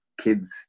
kids